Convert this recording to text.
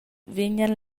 vegnan